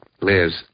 Liz